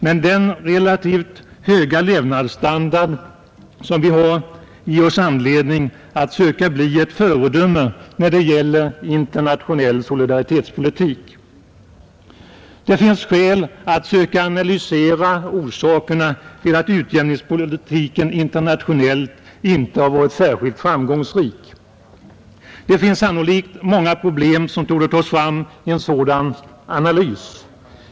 Men den relativt höga levnadsstandard som vi har ger oss anledning att söka bli ett föredöme när det gäller internationell solidaritetspolitik. Det finns skäl att söka analysera orsakerna till att utjämningspolitiken internationellt inte har varit särskilt framgångsrik. Det finns sannolikt många problem att ta fram i en sådan analys.